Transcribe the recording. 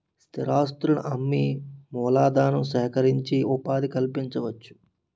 స్థిరాస్తులను అమ్మి మూలధనం సేకరించి ఉపాధి కల్పించవచ్చు